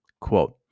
Quote